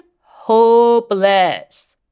hopeless